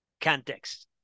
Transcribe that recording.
context